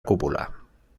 cúpula